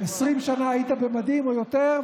שהיית קצין בכיר בצבא.